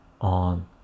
on